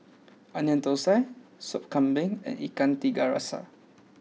Onion Thosai Sop Kambing and Ikan Tiga Rasa